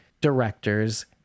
directors